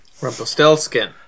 Rumpelstiltskin